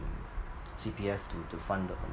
C_P_F to to fund the